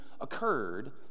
occurred